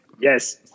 Yes